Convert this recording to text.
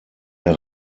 der